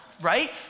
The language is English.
right